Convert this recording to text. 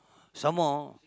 some more